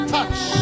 Touch